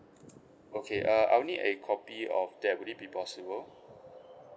okay uh I'll need a copy that would it be possible